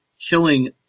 killing